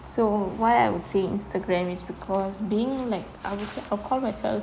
so why I would say instagram is because being like I would say I would call myself